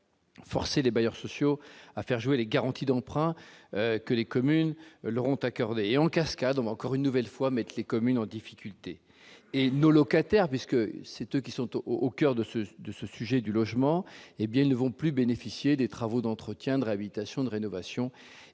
forcer les bailleurs sociaux à faire jouer les garanties d'emprunt que les communes leur ont accordé en cascade, encore une nouvelle fois mettent les communes en difficulté et nos locataires, puisque c'est eux qui sont au au coeur de ce de ce sujet du logement, hé bien ils ne vont plus bénéficier des travaux d'entretien de réhabilitation de rénovation